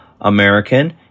American